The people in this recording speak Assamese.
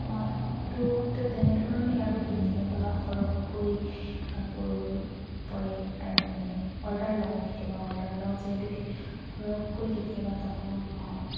মাহটোত তেনেধৰণে আৰু কেতিয়াবা সৰহকৈ কাপোৰ পৰে আৰু মানে অৰ্ডাৰ লওঁ কেতিয়াবা অৰ্ডাৰ লওঁ যিহেতুকে সৰহকৈ কেতিয়াবা কাপোৰ পাওঁ